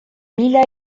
mila